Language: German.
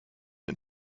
den